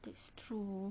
that's true